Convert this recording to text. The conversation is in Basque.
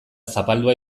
zapaldua